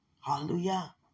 Hallelujah